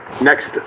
next